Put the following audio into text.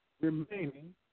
remaining